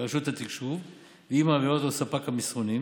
לרשות התקשוב והיא מעבירה אותו לספק המסרונים